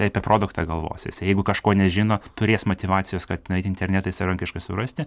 tai apie produktą galvos jisai jeigu kažko nežino turės motyvacijos kad nueit į internetą ir savarankiškai surasti